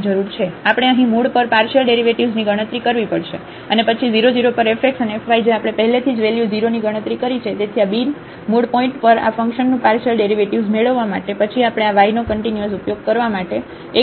આપણે અહિં મૂળ પર પાર્શિયલ ડેરિવેટિવ્ઝની ગણતરી કરવી પડશે અને પછી 0 0 પર fx અને fy જે આપણે પહેલેથી જ વેલ્યુ 0 ની ગણતરી કરી છે તેથી આ બિન મૂળ પોઇન્ટ પર આ ફંકશનનું પાર્શિયલ ડેરિવેટિવ્ઝ મેળવવા માટે પછી આપણે આ yનો કન્ટીન્યુઅસ ઉપયોગ કરવા માટે